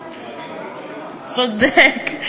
צודק.